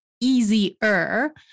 easier